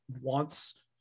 wants